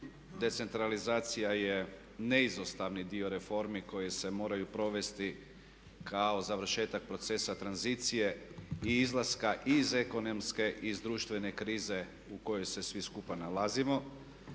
decentralizacija je neizostavni dio reformi koji se moraju provesti kao završetak procesa tranzicije i izlaska iz ekonomske, iz društvene krize u kojoj se svi skupa nalazimo.